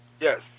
Yes